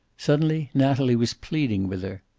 suddenly natalie was pleading with her.